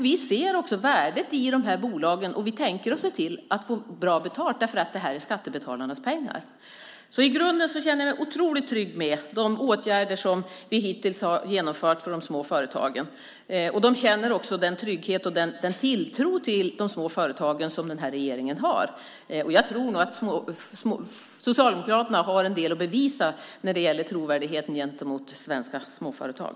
Vi ser värdet i bolagen, och vi tänker se till att få bra betalt eftersom det är skattebetalarnas pengar. I grunden känner jag mig otroligt trygg med de åtgärder som vi hittills har genomfört för de små företagen. De känner också den trygghet och tilltro till de små företagen som denna regering har. Jag tror att Socialdemokraterna har en del att bevisa när det gäller trovärdigheten gentemot svenska småföretag.